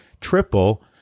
triple